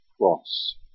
cross